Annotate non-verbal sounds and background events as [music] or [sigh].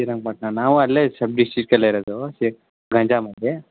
ಶ್ರೀರಂಗ್ಪಟ್ಟಣ ನಾವೂ ಅಲ್ಲೇ ಸಬ್ ಡಿಸ್ಟಿಕಲ್ಲೇ ಇರೋದು [unintelligible] ಗಂಜಾಮಲ್ಲಿ